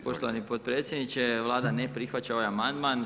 Poštovani potpredsjedniče, vlada ne prihvaća ovaj amandman.